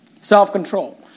Self-control